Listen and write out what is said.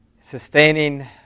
sustaining